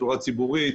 בצורה ציבורית